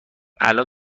الان